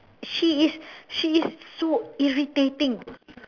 she is she is so irritating